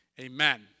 Amen